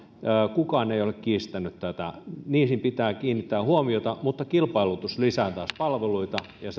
kukaan ei ole kiistänyt tätä niihin pitää kiinnittää huomiota mutta kilpailutus lisää taas palveluita ja